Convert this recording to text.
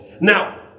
Now